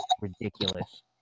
ridiculous